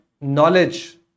knowledge